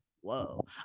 whoa